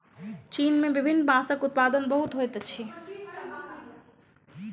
चीन में विभिन्न बांसक उत्पादन बहुत होइत अछि